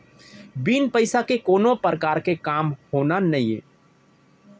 बिन पइसा के कोनो परकार के काम होना नइये